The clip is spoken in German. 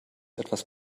etwas